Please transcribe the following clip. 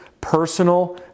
Personal